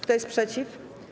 Kto jest przeciw?